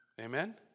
Amen